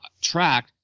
track